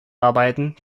arbeiten